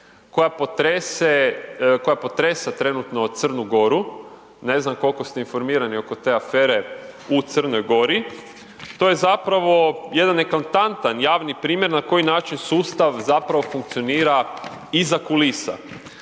koja potresa trenutno Crnu Goru, ne znam koliko ste informirani oko te afere u Crnoj Gori. to je zapravo jedan eklatantan javni primjer na koji način sustav zapravo funkcionira iza kulisa.